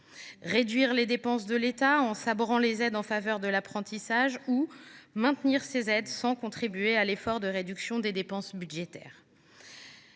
réduire les dépenses de l’État en sabrant les aides en faveur de l’apprentissage ou maintenir ces aides sans contribuer à l’effort de réduction des dépenses ? Au cours